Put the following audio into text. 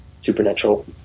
supernatural